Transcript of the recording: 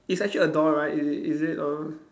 is actually a door right is it is it or